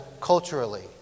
culturally